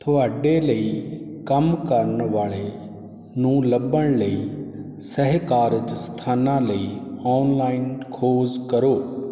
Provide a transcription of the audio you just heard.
ਤੁਹਾਡੇ ਲਈ ਕੰਮ ਕਰਨ ਵਾਲੇ ਨੂੰ ਲੱਭਣ ਲਈ ਸਹਿ ਕਾਰਜ ਸਥਾਨਾਂ ਲਈ ਔਨਲਾਈਨ ਖੋਜ ਕਰੋ